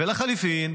לחלופין,